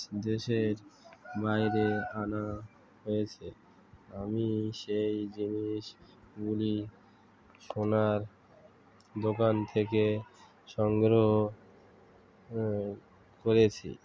দেশের বাইরে আনা হয়েছে আমি সেই জিনিসগুলি সোনার দোকান থেকে সংগ্রহ হ্যাঁ করেছি